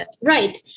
Right